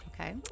Okay